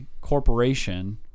corporation